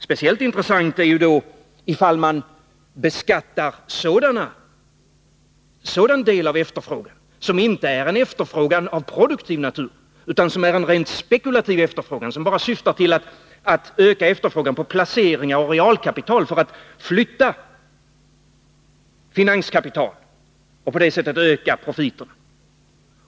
Speciellt intressant är då ifall man beskattar den del av efterfrågan som inte är efterfrågan av produktiv natur utan en rent spekulativ efterfrågan som bara syftar till att öka efterfrågan på placeringar och realkapital för att flytta finanskapital och på det sättet öka profiterna.